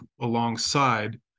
alongside